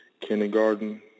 kindergarten